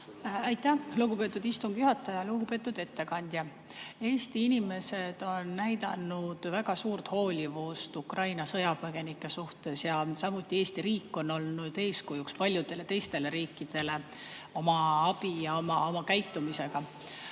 Aitäh, lugupeetud istungi juhataja! Lugupeetud ettekandja! Eesti inimesed on näidanud väga suurt hoolivust Ukraina sõjapõgenike suhtes ja samuti Eesti riik on olnud eeskujuks paljudele teistele riikidele oma abi ja oma käitumisega.